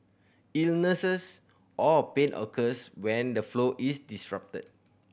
illnesses or pain occurs when the flow is disrupted